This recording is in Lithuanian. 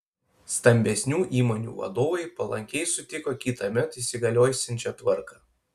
stambesnių įmonių vadovai palankiai sutiko kitąmet įsigaliosiančią tvarką